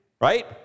right